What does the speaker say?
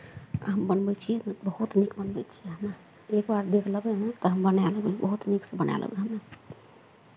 हम बनबै छियै ने बहुत नीक बनबै छियै हमे एक बार देख लेबै हम तऽ हम बनाए लेबै बहुत नीकसँ बनाए लेबै हमे